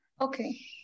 Okay